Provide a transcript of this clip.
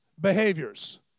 behaviors